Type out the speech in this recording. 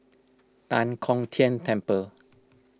Tan Kong Tian Temple